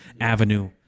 avenue